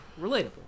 relatable